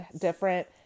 different